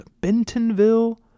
Bentonville